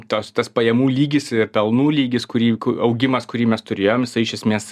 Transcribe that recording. tos tas pajamų lygis ir pelnų lygis kurį augimas kurį mes turėjom jisai iš esmės